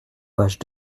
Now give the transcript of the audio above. page